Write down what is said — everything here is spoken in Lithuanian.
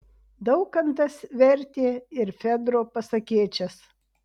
daukantas vertė ir fedro pasakėčias